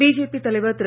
BJP தலைவர் திரு